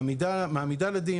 מעמידה לדין.